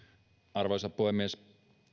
arvoisa puhemies